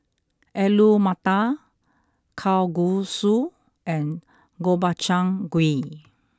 Alu Matar Kalguksu and Gobchang Gui